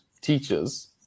teachers